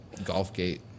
Golfgate